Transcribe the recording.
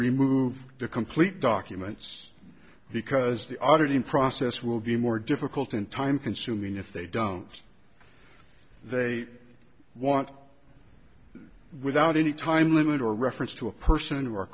remove the complete documents because the auditing process will be more difficult and time consuming if they don't they want without any time limit or reference to a person